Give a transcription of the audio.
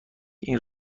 این